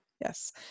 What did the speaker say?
yes